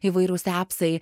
įvairūs epsai